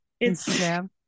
Instagram